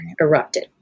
erupted